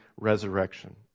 resurrection